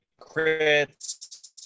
crits